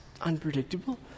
unpredictable